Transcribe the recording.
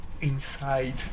inside